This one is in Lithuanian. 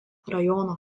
rajono